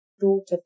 daughter